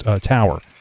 tower